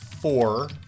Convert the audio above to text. four